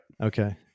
Okay